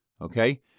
okay